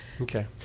Okay